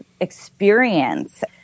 experience